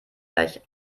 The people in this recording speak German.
gleich